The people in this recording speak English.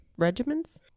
regimens